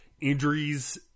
injuries